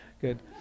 good